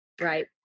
Right